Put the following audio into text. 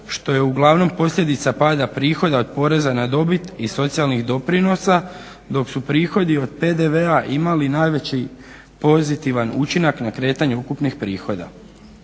što je uglavnom posljedica pada prihoda od poreza na dobit i socijalnih doprinosa dok su prihodi od PDV-a imali najveći pozitivan učinak na kretanje ukupnih prihoda.